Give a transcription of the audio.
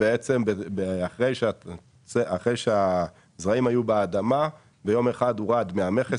אחרי שהזרעים היו באדמה הורידו את המכס